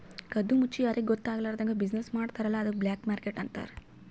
ಕದ್ದು ಮುಚ್ಚಿ ಯಾರಿಗೂ ಗೊತ್ತ ಆಗ್ಲಾರ್ದಂಗ್ ಬಿಸಿನ್ನೆಸ್ ಮಾಡ್ತಾರ ಅಲ್ಲ ಅದ್ದುಕ್ ಬ್ಲ್ಯಾಕ್ ಮಾರ್ಕೆಟ್ ಅಂತಾರ್